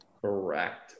Correct